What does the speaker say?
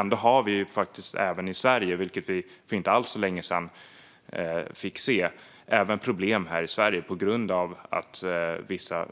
Ändå finns det faktiskt problem även i Sverige, vilket vi fick se för inte alls länge sedan. Vissa